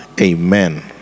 Amen